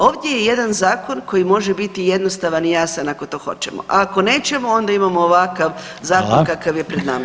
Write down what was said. Ovdje je jedan zakon koji može biti jednostavan i jasan ako to hoćemo, a ako nećemo onda imamo ovakav zakon kakav je pred nama.